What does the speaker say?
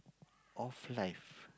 of life